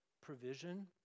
provision